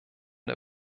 der